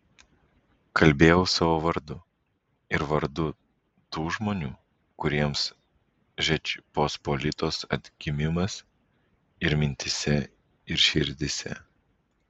kalbėjau savo vardu ir vardu tų žmonių kuriems žečpospolitos atgimimas ir mintyse ir širdyse